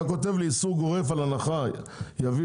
אתה כותב לי איסור גורף על הנחה יביא